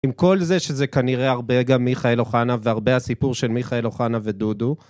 עם כל זה שזה כנראה הרבה גם מיכאל אוחנה והרבה הסיפור של מיכאל אוחנה ודודו